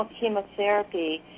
chemotherapy